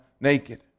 naked